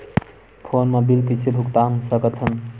Phone मा bill कइसे भुक्तान साकत हन?